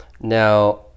Now